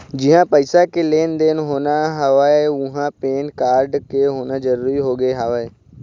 जिहाँ पइसा के लेन देन होना हवय उहाँ पेन कारड के होना जरुरी होगे हवय